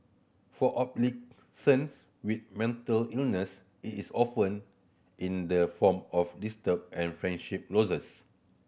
for adolescent with mental illness it is often in the form of distrust and friendship losses